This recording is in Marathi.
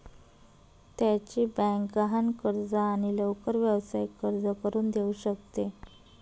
त्याची बँक गहाण कर्ज आणि लवकर व्यावसायिक कर्ज करून देऊ शकते